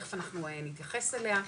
תיכף אנחנו נתייחס אליה,